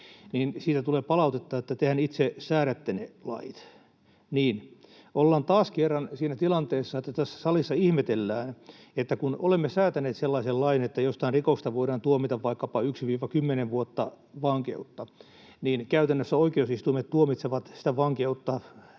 siitä tulee palautetta, että tehän itse säädätte ne lait. Niin. Ollaan taas kerran siinä tilanteessa, että tässä salissa ihmetellään, että kun olemme säätäneet sellaisen lain, että jostain rikoksesta voidaan tuomita vaikkapa 1—10 vuotta vankeutta, ja käytännössä oikeusistuimet tuomitsevat sitä vankeutta